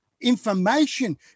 information